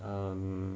um